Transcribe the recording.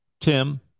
Tim